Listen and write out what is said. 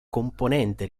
componente